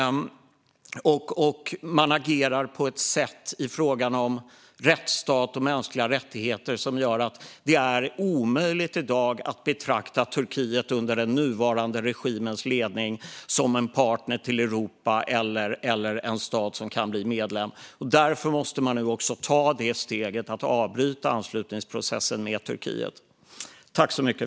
Man agerar på ett sätt i frågan om rättsstat och mänskliga rättigheter som gör att det i dag är omöjligt att betrakta Turkiet under den nuvarande regimens ledning som en partner till Europa eller en stat som kan bli medlem. Därför måste man nu ta steget att avbryta anslutningsprocessen med Turkiet.